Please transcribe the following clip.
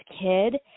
kid